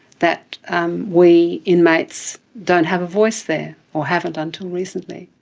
that um we inmates don't have a voice there or haven't until recently.